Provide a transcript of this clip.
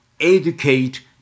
educate